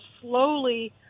slowly